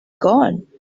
gone